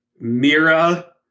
Mira